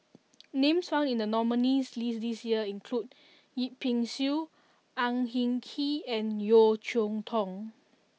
names found in the nominees' list this year include Yip Pin Xiu Ang Hin Kee and Yeo Cheow Tong